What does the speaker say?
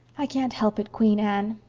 i can't help it, queen anne.